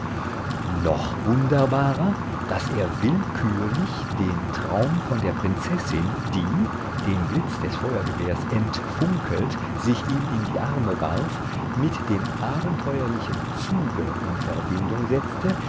noch wunderbarer daß er willkürlich den traum von der prinzessin die dem blitz des feuergewehrs entfunkelt sich ihm in die arme warf mit dem abenteuerlichen zuge in verbindung setzte